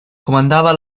comandava